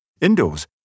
Indoors